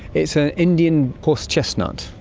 it's an indian horse chestnut.